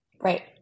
right